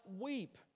weep